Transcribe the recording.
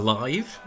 Alive